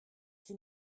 qui